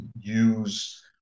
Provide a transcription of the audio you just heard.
use